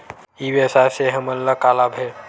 ई व्यवसाय से हमन ला का लाभ हे?